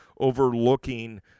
overlooking